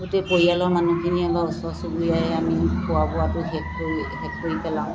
গোটেই পৰিয়ালৰ মানুহখিনি আকৌ ওচৰ চুবুৰীয়াই আমি খোৱা বোৱাটো শেষ কৰি শেষ কৰি পেলাওঁ